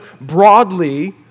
broadly